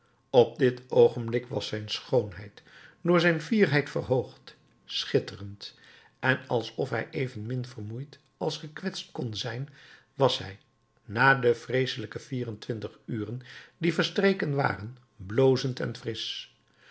op dit oogenblik was zijn schoonheid door zijn fierheid verhoogd schitterend en alsof hij evenmin vermoeid als gekwetst kon zijn was hij na de vreeselijke vier-en-twintig uren die verstreken waren blozend en frisch